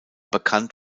bekannt